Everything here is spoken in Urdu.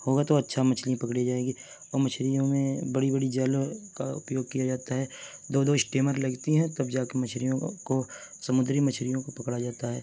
ہوگا تو اچھا مچھلی پکڑی جائے گی اور مچھلیوں میں بڑی بڑی جالوں کا اپیوگ کیا جاتا ہے دو دو اشٹیمر لگتی ہیں تب جا کے مچھلیوں کو سمندری مچھلیوں کو پکڑا جاتا ہے